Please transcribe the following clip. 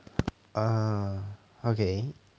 uh okay